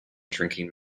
drinking